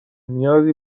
نیازی